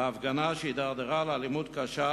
בהפגנה שהידרדרה לאלימות קשה